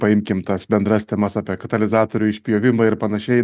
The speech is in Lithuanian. paimkim tas bendras temas apie katalizatorių išpjovimą ir panašiai